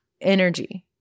energy